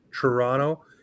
Toronto